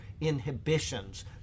inhibitions